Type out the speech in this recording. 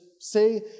say